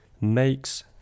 makes